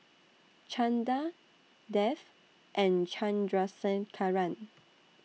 Chanda Dev and Chandrasekaran